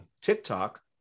TikTok